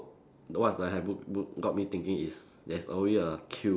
what's the hair book book got me thinking is there's always a queue